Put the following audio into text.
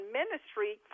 ministry